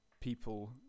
people